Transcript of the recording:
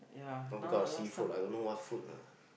not because of seafood lah I don't know what food lah